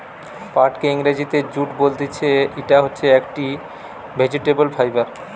পাটকে ইংরেজিতে জুট বলতিছে, ইটা হচ্ছে একটি ভেজিটেবল ফাইবার